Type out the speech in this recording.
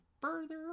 further